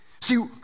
See